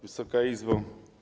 Wysoka Izbo!